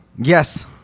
yes